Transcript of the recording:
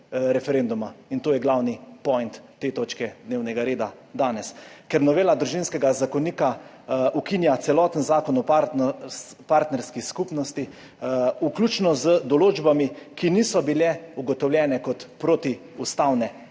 To je glavni point te točke dnevnega reda danes. Ker novela Družinskega zakonika ukinja celoten Zakon o partnerski skupnosti, vključno z določbami, ki niso bile ugotovljene kot protiustavne,